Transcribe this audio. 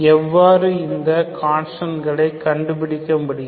எவ்வாறு இந்த கான்ஸ்டன்ட்களை கண்டு பிடிக்க முடியும்